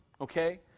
okay